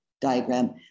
diagram